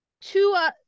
two